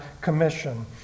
commission